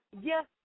yes